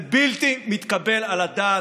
זה בלתי מתקבל על הדעת.